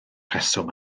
rheswm